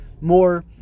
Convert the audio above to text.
more